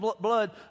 blood